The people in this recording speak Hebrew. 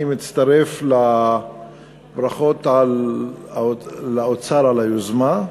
אני מצטרף לברכות לאוצר על היוזמה.